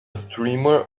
streamer